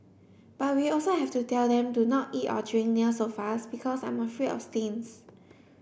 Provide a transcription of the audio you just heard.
but we also have to tell them to not eat or drink near the sofas because I'm afraid of stains